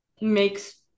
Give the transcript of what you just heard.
makes